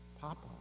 papa